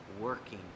working